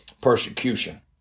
persecution